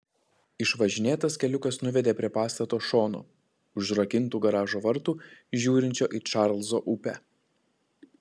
išvažinėtas keliukas nuvedė prie pastato šono užrakintų garažo vartų žiūrinčių į čarlzo upę